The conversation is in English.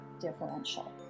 differential